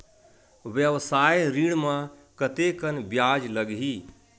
व्यवसाय ऋण म कतेकन ब्याज लगही?